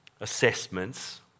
assessments